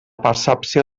percepció